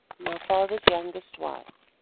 my father's youngest wife.